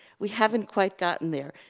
we haven't quite gotten there.